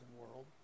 world